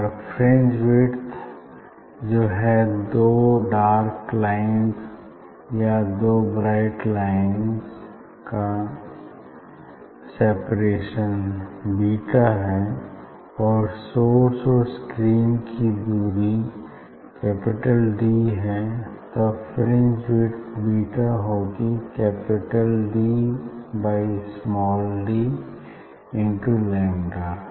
अगर fringe width जो है दो डार्क लाइन्स या दो ब्राइट लाइन्स का सेपरेशन बीटा है और सोर्स और स्क्रीन की दूरी कैपिटल डी है तब फ्रिंज विड्थ बीटा होगी capital D by small D into lambda